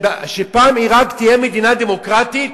שפעם עירק תהיה מדינה דמוקרטית?